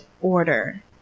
order